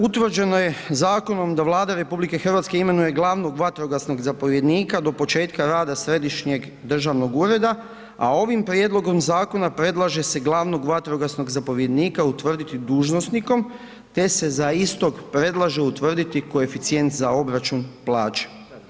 Utvrđeno je zakonom da Vlada RH imenuje glavnog vatrogasnog zapovjednika do početka rada središnjeg državnog ureda, a ovim prijedlogom zakona predlaže se glavnog vatrogasnog zapovjednika utvrditi dužnosnikom te se za istog predlaže utvrditi koeficijent za obračun plaće.